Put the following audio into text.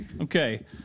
Okay